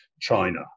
China